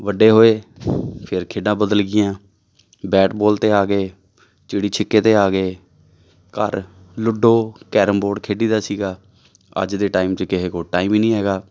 ਵੱਡੇ ਹੋਏ ਫਿਰ ਖੇਡਾਂ ਬਦਲ ਗਈਆਂ ਬੈਟ ਬੋਲ 'ਤੇ ਆ ਗਏ ਚਿੜੀ ਛਿੱਕੇ 'ਤੇ ਆ ਗਏ ਘਰ ਲੁੱਡੋ ਕੈਰਮ ਬੋਰਡ ਖੇਡੀਦਾ ਸੀਗਾ ਅੱਜ ਦੇ ਟਾਈਮ 'ਚ ਕਿਸੇ ਕੋਲ ਟਾਈਮ ਹੀ ਨਹੀਂ ਹੈਗਾ